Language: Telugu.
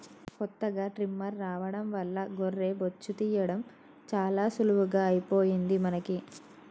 కొత్తగా ట్రిమ్మర్ రావడం వల్ల గొర్రె బొచ్చు తీయడం చాలా సులువుగా అయిపోయింది మనకి